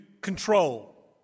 control